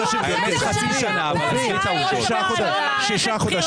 חצי שנה, אבל עזבי את העובדות.